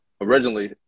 originally